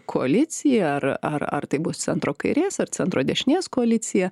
koalicija ar ar ar tai bus centro kairės ar centro dešinės koalicija